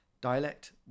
dialect